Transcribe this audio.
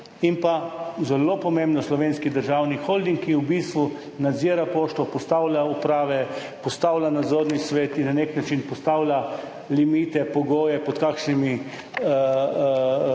in pa, zelo pomembno, Slovenski državni holding, ki v bistvu nadzira Pošto, postavlja uprave, postavlja nadzorni svet in na nek način postavlja limite, pogoje, pod katerimi